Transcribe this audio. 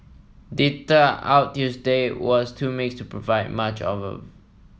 data out Tuesday was too mixed to provide much of